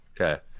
Okay